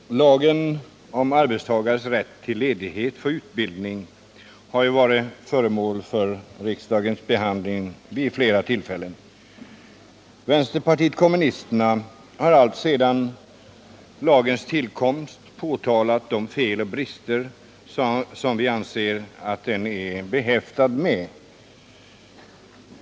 Herr talman! Lagen om arbetstagares rätt till ledighet för utbildning har varit föremål för riksdagens behandling vid flera tillfällen. Vänsterpartiet kommunisterna har alltsedan lagens tillkomst påtalat de fel och brister som vi anser att lagen är behäftad med.